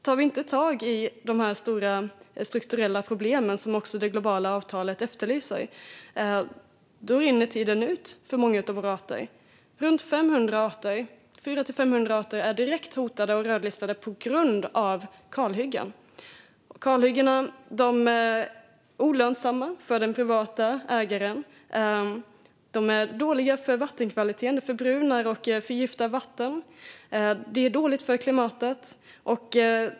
Tar vi inte tag i de stora strukturella problemen, vilket det globala avtalet efterlyser, rinner tiden ut för många av våra arter. 400-500 arter är direkt hotade och rödlistade på grund av kalhyggen. Kalhyggena är olönsamma för den privata ägaren. De är dåliga för vattenkvaliteten; de förbrunar och förgiftar vatten. De är dåliga för klimatet.